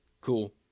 cool